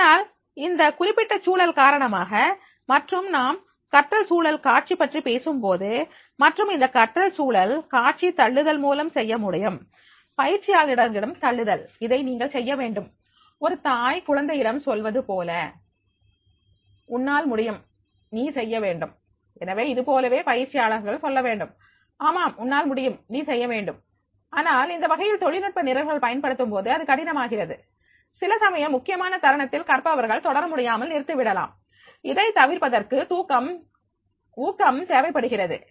ஆனால் இந்த குறிப்பிட்ட சூழல் காரணமாக மற்றும் நாம் கற்றல் சூழல் காட்சி பற்றி பேசும்போது மற்றும் அந்த கற்றல் சூழல் காட்சி தள்ளுதல் மூலம் செய்ய முடியும் பயிற்சியாளரிடம் தள்ளுதல் அதை நீங்கள் செய்ய வேண்டும் ஒரு தாய் குழந்தையிடம் சொல்வது போல் உன்னால் முடியும் நீ செய்யவேண்டும் எனவே இது போலவே பயிற்சி அளிப்பவர்கள் சொல்லவேண்டும் ஆமாம் உன்னால் முடியும் நீ செய்யவேண்டும் ஆனால் இந்த வகையில் தொழில்நுட்ப நிரல்கள் பயன்படுத்தும்போது அது கடினமாகிறது சில சமயம் முக்கியமான தருணத்தில் கற்பவர்கள் தொடரமுடியாமல் நிறுத்திவிடலாம் இதை தவிர்ப்பதற்கு ஊக்கம் தேவைப்படுகிறது